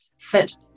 fit